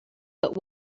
but